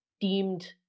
deemed